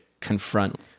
confront